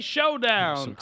Showdown